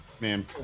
man